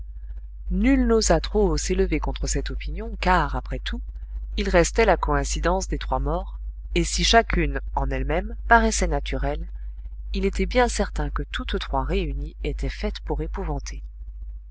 nul n'osa trop haut s'élever contre cette opinion car après tout il restait la coïncidence des trois morts et si chacune en elle-même paraissait naturelle il était bien certain que toutes trois réunies étaient faites pour épouvanter